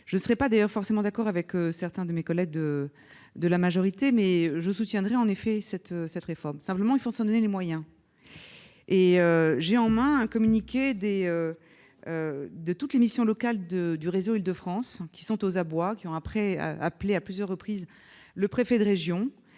Je ne serai pas forcément d'accord avec certains de mes collègues de la majorité, car je soutiendrai cette réforme. Simplement, il faut s'en donner les moyens. Or j'ai en main un communiqué de toutes les missions locales du réseau Île-de-France, qui sont aux abois et ont appelé à plusieurs reprises le préfet de région.